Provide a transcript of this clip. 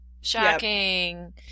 Shocking